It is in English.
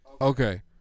Okay